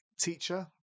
teacher